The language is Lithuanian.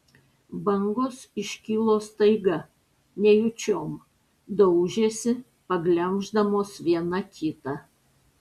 bangos iškilo staiga nejučiom daužėsi paglemždamos viena kitą